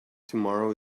tomorrow